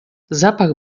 zapach